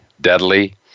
deadly